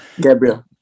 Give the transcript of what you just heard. Gabriel